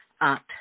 up